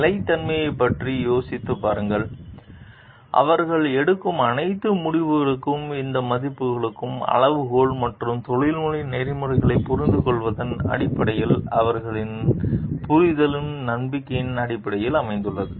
நிலைத்தன்மையைப் பற்றி யோசித்துப் பாருங்கள் அவர்கள் எடுக்கும் அனைத்து முடிவுகளும் இந்த மதிப்புகளின் அளவுகோல் மற்றும் தொழில்முறை நெறிமுறைகளைப் புரிந்துகொள்வதன் அடிப்படையில் அவர்களின் புரிதல் நம்பிக்கையின் அடிப்படையில் அமைந்துள்ளது